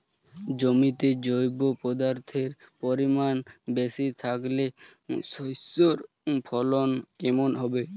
জমিতে জৈব পদার্থের পরিমাণ বেশি থাকলে শস্যর ফলন কেমন হবে?